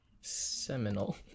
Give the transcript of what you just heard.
seminal